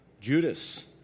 Judas